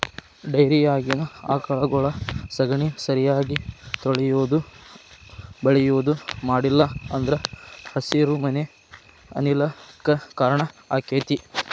ಡೈರಿಯಾಗಿನ ಆಕಳಗೊಳ ಸಗಣಿ ಸರಿಯಾಗಿ ತೊಳಿಯುದು ಬಳಿಯುದು ಮಾಡ್ಲಿಲ್ಲ ಅಂದ್ರ ಹಸಿರುಮನೆ ಅನಿಲ ಕ್ಕ್ ಕಾರಣ ಆಕ್ಕೆತಿ